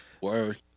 word